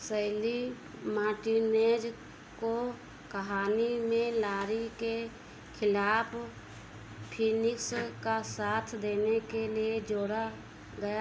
शैली मार्टिनेज को कहानी में लारी के खिलाफ फीनिक्स का साथ देने के लिए जोड़ा गया